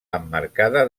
emmarcada